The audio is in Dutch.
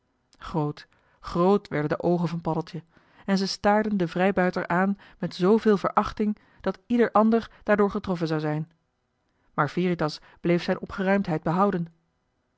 toe groot grt werden de oogen van paddeltje en ze staarden den vrijbuiter aan met zooveel verachting dat ieder ander daardoor getroffen zou zijn maar veritas bleef zijn opgeruimdheid behouden